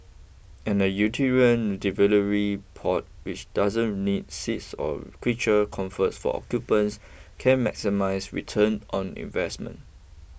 and a utilitarian delivery pod which doesn't need seats or creature comforts for occupants can maximise return on investment